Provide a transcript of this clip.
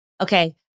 Okay